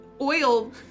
oil